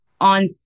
on